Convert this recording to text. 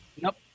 Nope